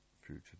future